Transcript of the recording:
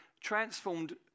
transformed